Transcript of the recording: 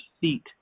seat